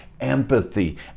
empathy